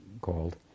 called